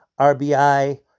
RBI